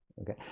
Okay